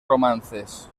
romances